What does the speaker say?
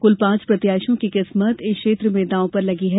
कुल पांच प्रत्याशियों की किस्मत इस क्षेत्र में दाव पर लगी है